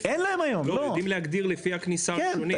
יודעים להגדיר לפי הכניסה הראשונית.